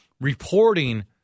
reporting